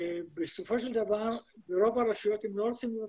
בסופו של דבר ברוב הרשויות לא רוצים לבנות